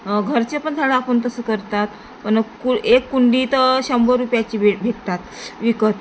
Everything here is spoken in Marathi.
घरचे पण झाडं आपण तसं करतात पण कु एक कुंडीत शंभर रुपयाची भेट भेटतात विकत